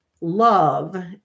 love